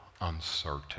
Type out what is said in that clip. uncertain